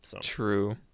True